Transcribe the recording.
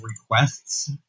requests